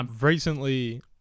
recently